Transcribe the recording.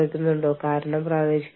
പണം എങ്ങനെയാണ് വിതരണം ചെയ്യപ്പെടുന്നത്